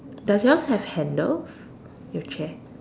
does yours have handles your chair